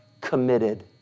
committed